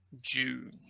June